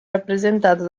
rappresentato